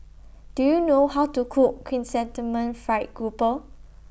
Do YOU know How to Cook Chrysanthemum Fried Grouper